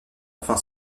enfin